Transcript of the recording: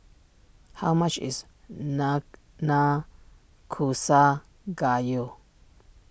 how much is Nanakusa Gayu